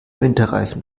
winterreifen